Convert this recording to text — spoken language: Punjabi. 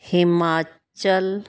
ਹਿਮਾਚਲ